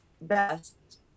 best